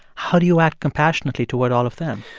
how do you act compassionately toward all of them?